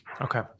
Okay